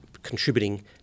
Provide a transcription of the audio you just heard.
contributing